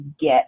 get